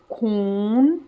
ਖੂਨ